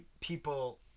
people